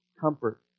comfort